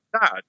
dad